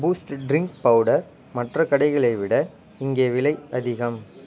boost drink powder மற்ற கடைகளை விட இங்கே விலை அதிகம்